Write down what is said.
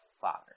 Father